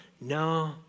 No